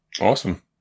Awesome